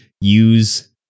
use